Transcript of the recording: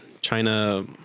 China